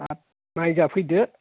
नायजाफैदो